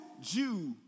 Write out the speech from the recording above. Jew